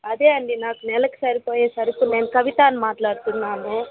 అదే అండి నాకు నెలకు సరిపోయే సరుకులు నేను కవితని మాట్లాడుతున్నాను